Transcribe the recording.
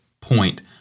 point